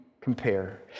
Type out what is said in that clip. compare